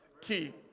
key